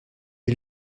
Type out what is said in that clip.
les